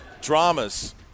Dramas